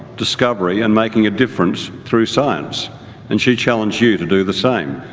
discovery and making a difference through science and she challenged you to do the same.